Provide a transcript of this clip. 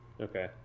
Okay